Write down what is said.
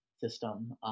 system